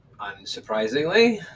unsurprisingly